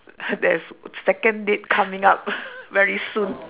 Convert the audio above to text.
there is second date coming up very soon